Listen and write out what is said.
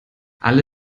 alle